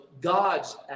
God's